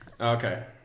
Okay